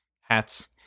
hats